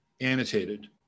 annotated